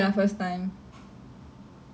mm was it awkward